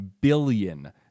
billion